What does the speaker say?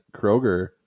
Kroger